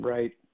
Right